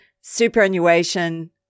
superannuation